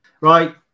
Right